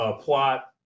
plot